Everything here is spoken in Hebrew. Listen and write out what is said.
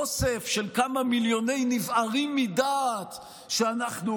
אוסף של כמה מיליוני נבערים מדעת שאנחנו